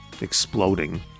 exploding